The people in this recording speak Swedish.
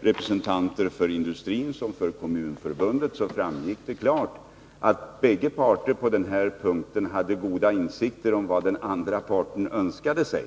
representanter för såväl industrin som Kommunförbundet framgick klart att bägge parter på denna punkt hade goda insikter rörande vad den andra parten önskade sig.